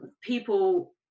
people